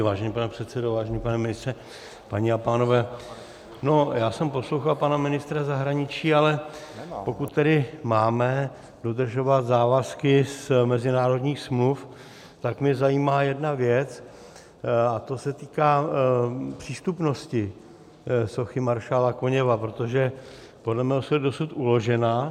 Vážený pane předsedo, vážený pane ministře, paní a pánové, poslouchal jsem pana ministra zahraničí, ale pokud tedy máme dodržovat závazky z mezinárodních smluv, tak mě zajímá jedna věc, a to se týká přístupnosti sochy maršála Koněva, protože podle mého soudu je dosud uložena.